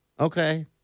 Okay